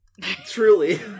Truly